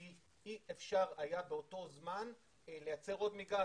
כי אי אפשר היה באותו זמן לייצר מגז.